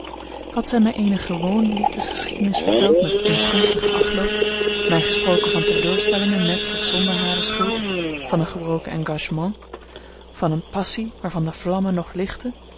had zij mij eene gewone liefdesgeschiedenis verteld met ongunstigen afloop mij gesproken van teleurstellingen met of zonder hare schuld van een gebroken engagement van eene passie waarvan de vlamme nog lichtte